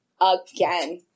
again